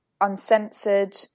uncensored